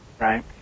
right